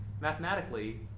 Mathematically